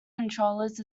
controllers